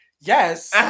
Yes